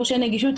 מורשי נגישות.